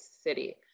city